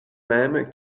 même